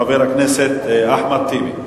חבר הכנסת אחמד טיבי.